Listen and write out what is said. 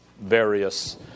various